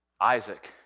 Isaac